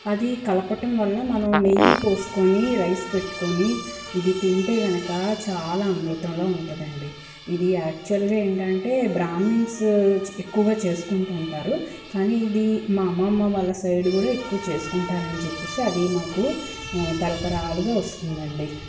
అది కలపటం వల్ల మనం నెయ్యి పోస్కోని రైస్ పెట్కొని ఇది తింటే కనుక చాలా అమృతంలా ఉంటుందండి ఇది యాక్ష్యువల్గా ఏంటంటే బ్రాహ్మిన్స్ చే ఎక్కువగా చేస్కుంటు ఉంటారు కానీ ఇది మా అమ్మమ్మ వాళ్ళ సైడ్ కూడా ఎక్కువ చేస్కుంటారని చెప్పేసి అది మాకు తరతరాలుగా వస్తుందండి